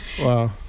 Wow